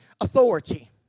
authority